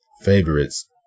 Favorites